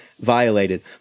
violated